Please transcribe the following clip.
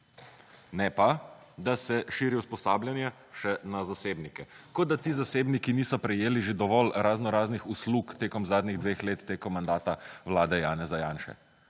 Ne pa, da se širi usposabljanje še na zasebnike. Kot da ti zasebniki niso prejeli že dovolj raznoraznih uslug tekom zadnjih dveh let, tekom mandata vlade Janeza Janše.